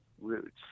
roots